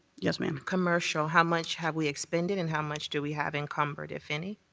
yes, ma'am. commercial, how much have we expended and how much do we have encumbered, if any?